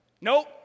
Nope